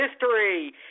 History